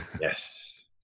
Yes